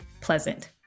Pleasant